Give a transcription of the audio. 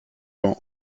ans